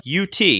UT